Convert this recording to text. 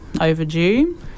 overdue